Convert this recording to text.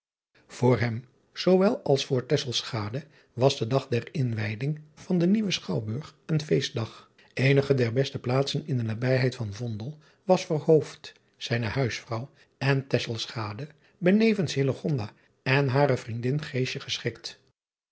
oor hem zoowel als voor was de dag der inwijding van den nieuwen chouwburg een feestdag enige der beste plaatsen in de nabijheid van was voor zijne huisvrouw en benevens en hare vriendin